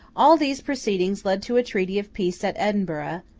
all these proceedings led to a treaty of peace at edinburgh,